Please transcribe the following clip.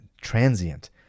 transient